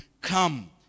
Come